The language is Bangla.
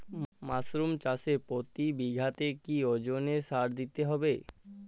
মাসরুম চাষে প্রতি বিঘাতে কি ওজনে সার দিতে হবে?